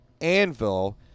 anvil